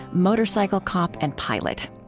motorcycle cop, and pilot.